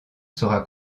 sera